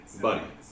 Buddy